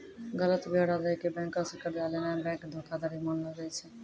गलत ब्योरा दै के बैंको से कर्जा लेनाय बैंक धोखाधड़ी मानलो जाय छै